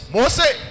Moses